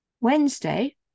Wednesday